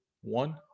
one